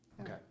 Okay